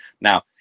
Now